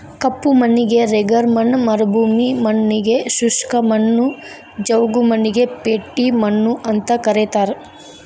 ಕಪ್ಪು ಮಣ್ಣಿಗೆ ರೆಗರ್ ಮಣ್ಣ ಮರುಭೂಮಿ ಮಣ್ಣಗೆ ಶುಷ್ಕ ಮಣ್ಣು, ಜವುಗು ಮಣ್ಣಿಗೆ ಪೇಟಿ ಮಣ್ಣು ಅಂತ ಕರೇತಾರ